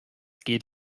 geht